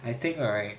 I think right